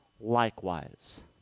likewise